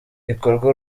ikorwa